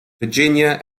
virginia